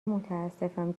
متاسفم